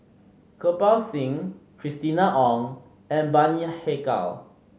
Kirpal Singh Christina Ong and Bani Haykal